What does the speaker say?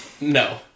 No